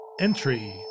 Entry